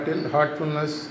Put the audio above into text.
Heartfulness